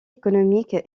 économique